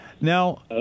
Now